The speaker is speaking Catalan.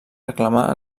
reclamar